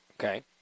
Okay